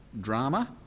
drama